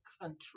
country